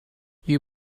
you